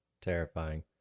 terrifying